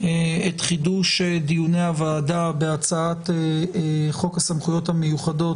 את חידוש דיוני הוועדה בהצעת חוק הסמכויות המיוחדות